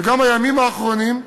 וגם הימים האחרונים,